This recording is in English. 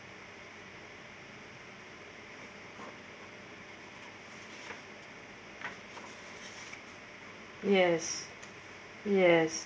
yes yes